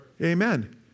Amen